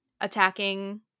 attacking